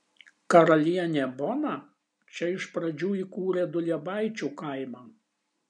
karalienė bona čia iš pradžių įkūrė duliebaičių kaimą